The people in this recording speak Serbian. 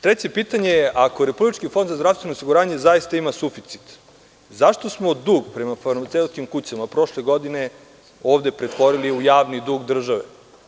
Treće pitanje, ako Republički fond za zdravstveno osiguranje zaista ima suficit, zašto smo dug prema farmaceutskim kućama prošle godine ovde pretvorili u javni dug države?